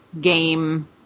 game